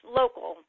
local